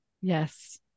yes